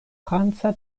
franca